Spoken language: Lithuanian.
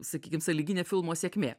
sakykim sąlyginė filmo sėkmė